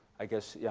i guess, yeah.